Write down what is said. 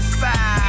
side